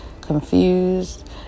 confused